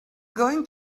going